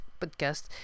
podcast